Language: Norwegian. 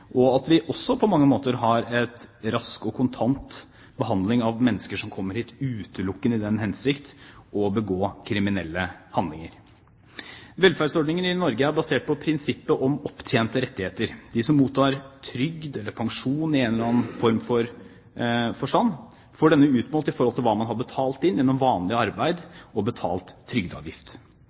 og at vi på mange måter også har en rask og kontant behandling av mennesker som kommer hit utelukkende i den hensikt å begå kriminelle handlinger. Velferdsordningene i Norge er basert på prinsippet om opptjente rettigheter. De som mottar trygd eller pensjon i en eller annen forstand, får denne utmålt i forhold til hva man har betalt inn gjennom vanlig arbeid og betalt trygdeavgift.